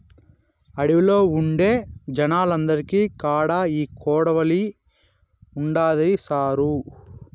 అడవిలో ఉండే జనాలందరి కాడా ఈ కొడవలి ఉండాది సారూ